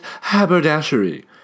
Haberdashery